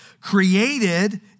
created